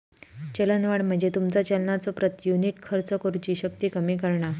चलनवाढ म्हणजे तुमचा चलनाचो प्रति युनिट खर्च करुची शक्ती कमी करणा